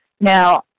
Now